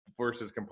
versus